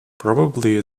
probably